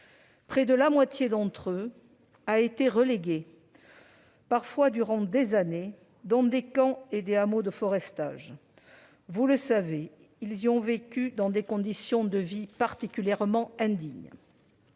Près de la moitié d'entre eux a été reléguée, parfois durant des années, dans des camps et des hameaux de forestage. Vous le savez : ils y ont vécu dans des conditions de vie indignes.